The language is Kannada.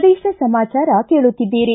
ಪ್ರದೇಶ ಸಮಾಚಾರ ಕೇಳುತ್ತಿದ್ದೀರಿ